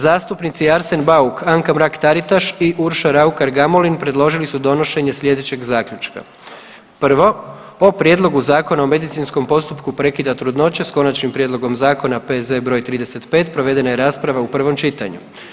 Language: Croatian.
Zastupnici Arsen Bauk, Anka Mrak- Taritaš i Urša Raukar-Gamulin predložili su donošenje sljedećeg zaključka: 1. O prijedlogu zakona o medicinskom postupku prekida trudnoće sa konačnim prijedlogom zakona P.Z. br. 35. provedena je rasprava u prvom čitanju.